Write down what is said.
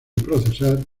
procesar